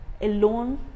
alone